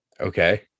Okay